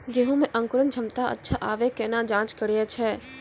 गेहूँ मे अंकुरन क्षमता अच्छा आबे केना जाँच करैय छै?